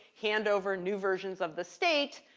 hand over new versions of the state,